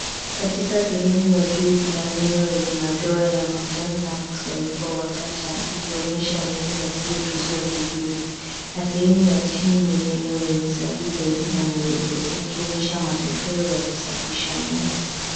Katika sehemu ya juu kuna meno yenye madoa ya manjano n amkusanyiko wa tata ikionyesha meno yasiyotunzwa vizuri na sehemu ya chini kuna meno yenye usafi zaidi na meupe ikionyesha matokeo ya kusafisha meno.